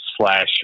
slash